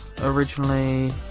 Originally